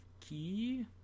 key